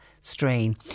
strain